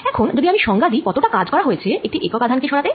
এখন যদি আমি সংজ্ঞা দিই কতটা কাজ করা হয়েছে একটি একক আধান কে সরাতে